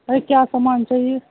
بھائی کیا سامان چاہیے